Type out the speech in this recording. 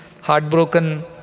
heartbroken